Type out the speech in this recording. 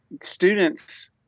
students